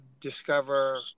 discover